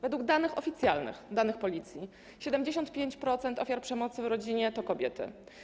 Według oficjalnych danych, danych Policji 75% ofiar przemocy w rodzinie to kobiety.